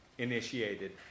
Initiated